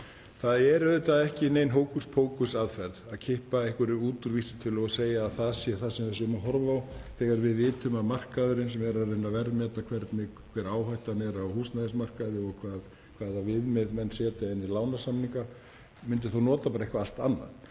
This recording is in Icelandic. Það er auðvitað ekki nein hókus-pókus aðferð að kippa einhverju út úr vísitölu og segja að það sé það sem við erum að horfa á þegar við vitum að markaðurinn, sem er að reyna að verðmeta hver áhættan er á húsnæðismarkaði og hvaða viðmið menn setja inn í lánasamninga, myndi þá nota bara eitthvað allt annað.